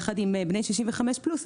יחד עם בני 65 פלוס,